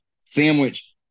sandwich